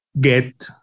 get